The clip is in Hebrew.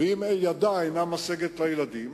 ואם ידה אינה משגת לעזור לילדים,